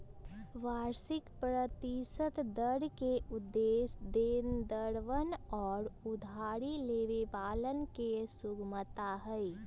वार्षिक प्रतिशत दर के उद्देश्य देनदरवन और उधारी लेवे वालन के सुगमता हई